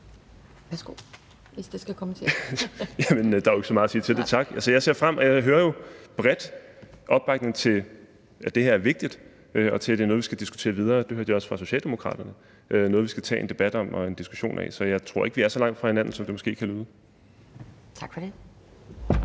Værsgo, hvis det skal kommenteres. Kl. 12:16 Stinus Lindgreen (RV): Der er jo ikke så meget at sige til det – tak. Jeg hører jo, at der er bred enighed om, at det her er vigtigt, og at det er noget, vi skal diskutere videre. Det hørte jeg også fra Socialdemokraterne. Det er noget, vi skal tage en debat om og en diskussion af, så jeg tror ikke, at vi er så langt fra hinanden, som det måske kan lyde. Kl.